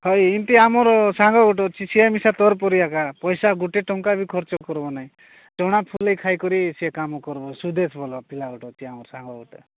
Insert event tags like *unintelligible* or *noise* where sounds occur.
ହଁ ଏମିତି ଆମର ସାଙ୍ଗ ଗୋଟେ ଅଛି ସିଏ *unintelligible* ଏକା ପଇସା ଗୋଟେ ଟଙ୍କା ବି ଖର୍ଚ୍ଚ କରିବ ନାହିଁ ଚଣା ଫୁଲ ଖାଇକରି ସିଏ କାମ କରିବ ସୁଦେଶ ଭଲ ପିଲା ଗୋଟେ ଅଛି ଆମର ସାଙ୍ଗ ଗୋଟେ